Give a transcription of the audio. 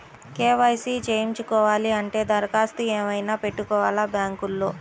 KYC చేయించుకోవాలి అంటే దరఖాస్తు ఏమయినా పెట్టాలా బ్యాంకులో?